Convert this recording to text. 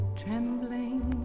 trembling